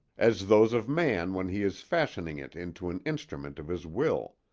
as those of man when he is fashioning it into an instrument of his will.